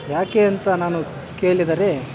ಯಾಕೆ ಅಂತ ನಾನು ಕೇಳಿದರೆ